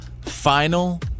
final